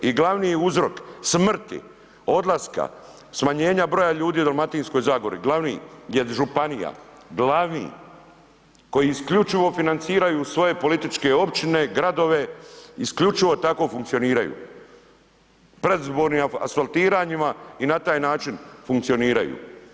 I glavni je uzrok smrti, odlaska, smanjenja broja ljudi u Dalmatinskoj zagori, glavni je županija, glavni koji isključivo financiraju svoje političke općine, gradove, isključivo tako funkcioniraju, predizbornim asfaltiranjima i na taj način funkcioniraju.